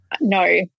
No